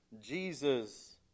Jesus